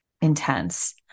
intense